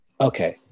okay